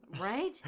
Right